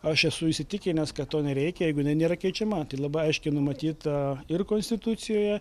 aš esu įsitikinęs kad to nereikia jeigu jinai nėra keičiama tai labai aiškiai numatyta ir konstitucijoje